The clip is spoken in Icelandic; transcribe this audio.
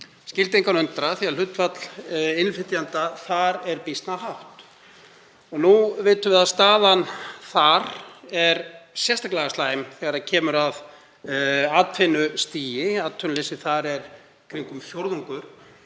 skyldi engan undra því að hlutfall innflytjenda þar er býsna hátt. Nú vitum við að staðan þar er sérstaklega slæm þegar kemur að atvinnustigi. Atvinnuleysi þar er kringum fjórðungur.